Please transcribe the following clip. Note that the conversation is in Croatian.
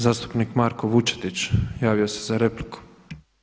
Zastupnik Marko Vučetić javio se za repliku.